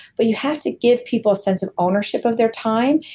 but you have to give people a sense of ownership of their time.